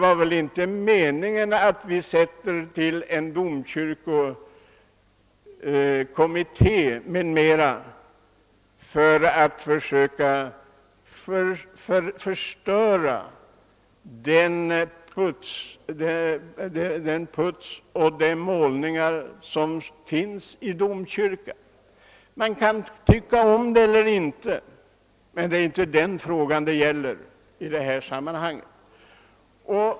Avsikten med tillsättandet av en domkyrkokomitté kan väl inte ha varit att förstöra den puts och de målningar som nu finns i domkyrkan? Man kan tycka om dessa detaljer eller ej, men det är inte det frågan gäller i detta sammanhang.